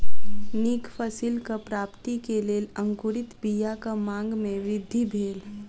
नीक फसिलक प्राप्ति के लेल अंकुरित बीयाक मांग में वृद्धि भेल